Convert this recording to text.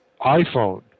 iPhone